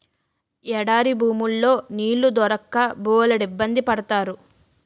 ఎడారి భూముల్లో నీళ్లు దొరక్క బోలెడిబ్బంది పడతారు